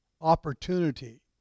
opportunity